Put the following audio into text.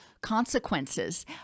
consequences